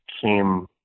came